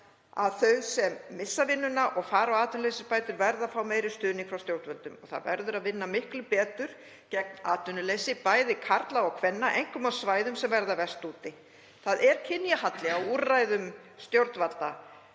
að þau sem missa vinnuna og fara á atvinnuleysisbætur verða að fá meiri stuðning frá stjórnvöldum og það verður að vinna miklu betur gegn atvinnuleysi, bæði karla og kvenna, einkum á svæðum sem verða verst úti. Það er kynjahalli á úrræðum stjórnvalda